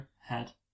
Head